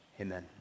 Amen